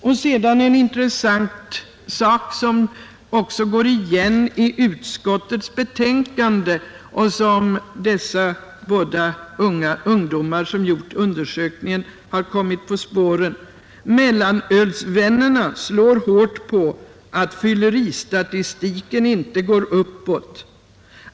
Ungdomarna som gjort undersökningen har kommit på spåren en annan intressant sak — som också återfinns i utskottets betänkande — nämligen att mellanölsvännerna slår hårt på det förhållandet att fylleristatistiken inte går uppåt.